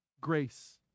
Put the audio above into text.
grace